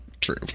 True